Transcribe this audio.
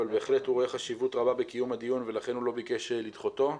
אבל בהחלט הוא רואה חשיבות רבה בקיום הדיון ולכן לא ביקש לדחותו.